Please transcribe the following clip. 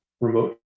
remote